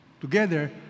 together